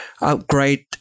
upgrade